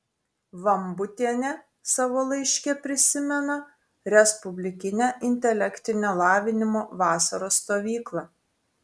vambutienė savo laiške prisimena respublikinę intelektinio lavinimo vasaros stovyklą